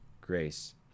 grace